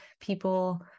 people